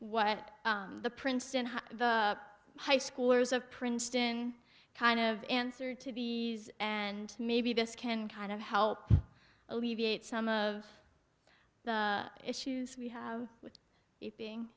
what the princeton high schoolers of princeton kind of answer to the and maybe this can kind of help alleviate some of the issues we have with it being